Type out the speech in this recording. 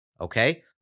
okay